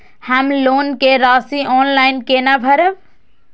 हम लोन के राशि ऑनलाइन केना भरब?